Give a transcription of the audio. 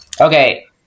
Okay